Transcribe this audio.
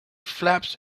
flaps